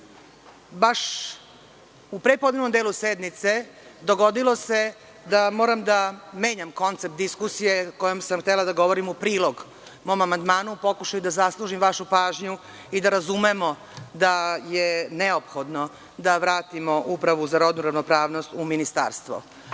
u prepodnevnom delu sednice dogodilo se da moram da menjam koncept diskusije kojom sam htela da govorim u prilog mom amandmanu, u pokušaju da zaslužim vašu pažnju i da razumemo da je neophodno da vratimo Upravu za rodnu ravnopravnost u ministarstvo.